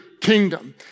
kingdom